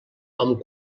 amb